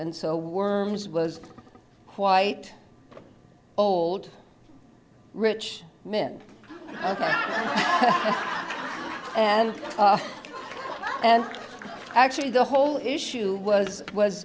and so worms was quite old rich men and and actually the whole issue was